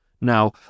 Now